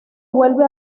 vuelve